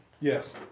Yes